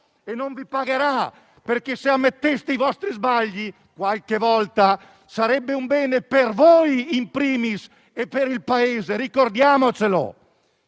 e non vi pagherà: se ammetteste i vostri sbagli, qualche volta, sarebbe un bene per voi *in primis* e per il Paese, ricordiamolo.